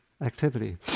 activity